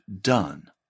done